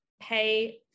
pay